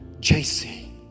JC